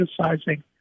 criticizing